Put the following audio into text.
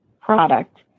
product